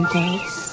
days